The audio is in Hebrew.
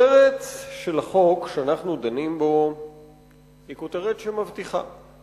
הכותרת של החוק שאנחנו דנים בו היא כותרת מבטיחה: